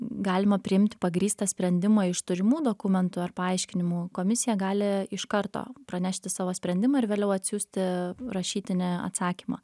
galima priimt pagrįstą sprendimą iš turimų dokumentų ar paaiškinimų komisija gali iš karto pranešti savo sprendimą ir vėliau atsiųsti rašytinį atsakymą